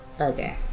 Okay